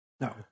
No